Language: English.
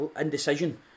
indecision